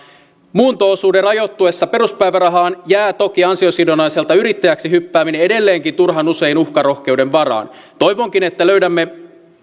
muunto osuuden rajoittuessa peruspäivärahaan jää toki ansiosidonnaiselta yrittäjäksi hyppääminen edelleenkin turhan usein uhkarohkeuden varaan toivonkin että löydämme